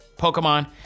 pokemon